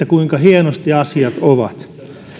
kuinka hienosti asiat ovat